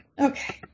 okay